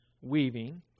weaving